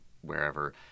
wherever